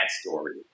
story